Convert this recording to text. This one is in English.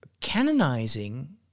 canonizing